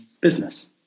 business